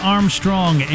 Armstrong